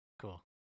cool